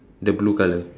the blue colour